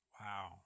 Wow